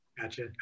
Gotcha